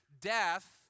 death